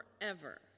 forever